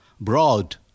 broad